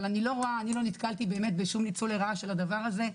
אבל אני לא נתקלתי באמת בשום ניצול לרעה של הדבר הזה.